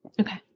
Okay